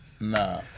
Nah